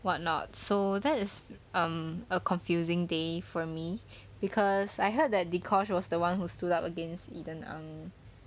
what not so that is um a confusing day for me because I heard that dee kosh was the one who stood up against eden ang